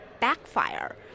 backfire